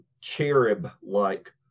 cherub-like